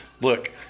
Look